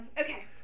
Okay